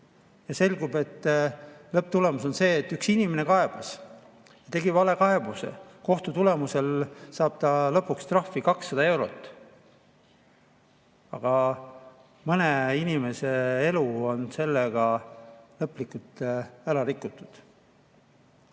selgub, lõpptulemus on see, et üks inimene kaebas, tegi valekaebuse ning kohtus saab ta lõpuks trahvi 200 eurot. Aga mõne inimese elu on sellega lõplikult ära rikutud.